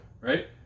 Right